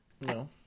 No